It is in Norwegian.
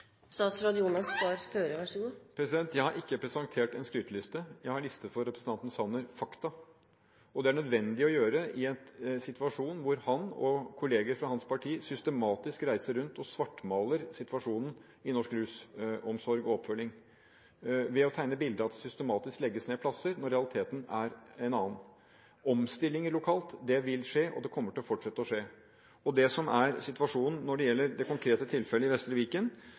Jeg har ikke presentert en skryteliste – jeg har listet opp fakta for representanten Sanner. Det er det nødvendig å gjøre i en situasjon hvor han og kollegaer fra hans parti reiser rundt og systematisk svartmaler situasjonen i norsk rusomsorg og -oppfølging ved å tegne et bilde av at det systematisk legges ned plasser når realiteten er en annen. Omstillinger lokalt vil skje, og det kommer til å fortsette å skje. Det som er situasjonen når det gjelder det konkrete tilfellet i Vestre Viken,